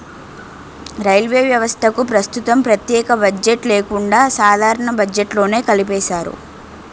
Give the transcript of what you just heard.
railway వ్యవస్థకు ప్రస్తుతం ప్రత్యేక బడ్జెట్ లేకుండా సాధారణ బడ్జెట్లోనే కలిపేశారు